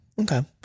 Okay